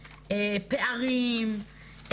פערים,